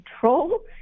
control